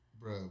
Bro